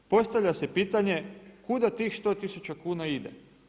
Postavlja se pitanje kuda tih 100 tisuća kuna ide.